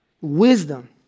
wisdom